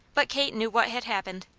but kate knew what had happened.